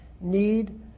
need